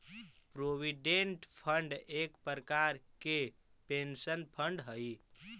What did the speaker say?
provident fund एक प्रकार के पेंशन फंड हई